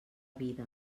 vida